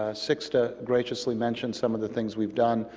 ah zixta graciously mentioned some of the things we've done.